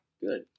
good